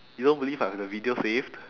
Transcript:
you don't believe I have the video saved